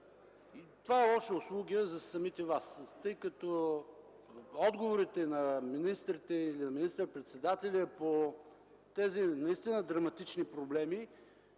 Това е лоша услуга за самите вас, тъй като отговорите на министрите или на министър-председателя по тези наистина драматични проблеми,